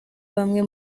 bamwe